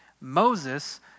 Moses